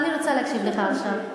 אני רוצה להקשיב לך עכשיו.